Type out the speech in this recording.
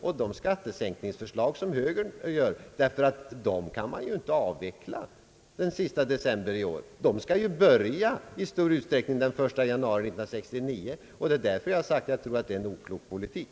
och de skattesänkningsförslag som högern lägger fram. Deras skattesänkningar kan man ju inte avveckla den sista december i år. De skall ju i stor utsträckning börja i januari 1969. Det är därför jag har sagt att jag tror det är en oklok politik.